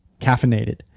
caffeinated